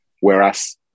whereas